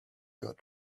got